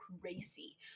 crazy